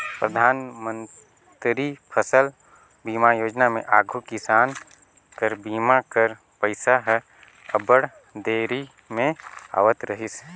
परधानमंतरी फसिल बीमा योजना में आघु किसान कर बीमा कर पइसा हर अब्बड़ देरी में आवत रहिस